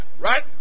Right